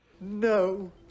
No